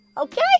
Okay